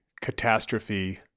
catastrophe